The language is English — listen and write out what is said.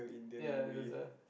ya is the